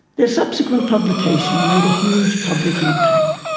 their subsequent publication made a huge public impact.